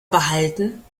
behalten